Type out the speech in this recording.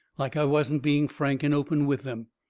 like i wasn't being frank and open with them.